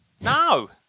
No